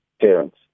parents